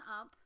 up